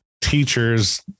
teachers